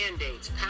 mandates